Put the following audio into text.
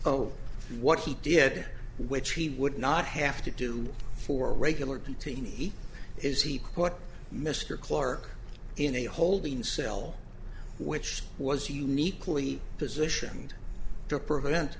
oh what he did which he would not have to do for a regular detainee is he what mr clark in a holding cell which was uniquely positioned to prevent